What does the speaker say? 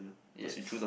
yes